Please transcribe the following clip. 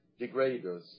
degraders